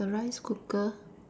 the rice cooker